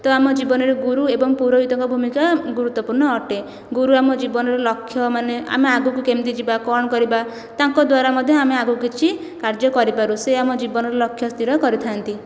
ତ ଆମ ଜୀବନରେ ଗୁରୁ ଏବଂ ପୁରୋହିତଙ୍କ ଭୂମିକା ଗୁରୁତ୍ଵପୂର୍ଣ୍ଣ ଅଟେ ଗୁରୁ ଆମ ଜୀବନର ଲକ୍ଷ୍ୟ ମାନେ ଆମେ ଆଗକୁ କେମିତି ଯିବା କ'ଣ କରିବା ତାଙ୍କ ଦ୍ୱାରା ମଧ୍ୟ ଆମେ ଆଗକୁ କିଛି କାର୍ଯ୍ୟ କରିପାରୁ ସେ ଆମ ଜୀବନର ଲକ୍ଷ୍ୟ ସ୍ଥିର କରିଥାନ୍ତି